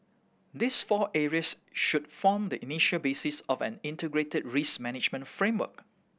these four areas should form the initial basis of an integrated risk management framework